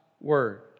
word